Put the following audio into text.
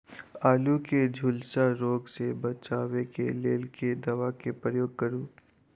आलु केँ झुलसा रोग सऽ बचाब केँ लेल केँ दवा केँ प्रयोग करू?